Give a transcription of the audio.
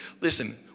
Listen